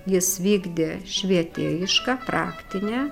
jis vykdė švietėjišką praktinę